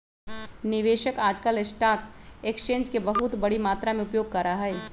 निवेशक आजकल stock exchange के बहुत बडी मात्रा में उपयोग करा हई